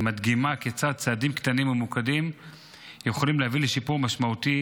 היא מדגימה כיצד צעדים קטנים וממוקדים יכולים להביא לשיפור משמעותי